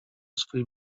swój